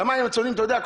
את המים הצוננים אתה יודע,